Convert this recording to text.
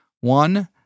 One